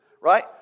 right